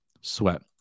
sweat